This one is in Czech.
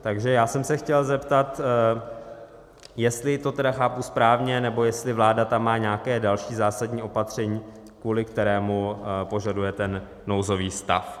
Takže já jsem se chtěl zeptat, jestli to tedy chápu správně, nebo jestli vláda tam má nějaké další zásadní opatření, kvůli kterému požadujete ten nouzový stav.